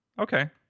Okay